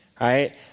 right